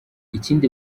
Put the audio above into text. ikindi